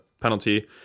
penalty